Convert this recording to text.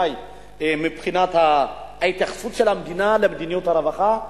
מבחינת ההתייחסות של המדינה למדיניות הרווחה,